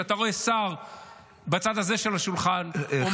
כשאתה רואה שר בצד הזה של השולחן אומר